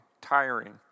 tiring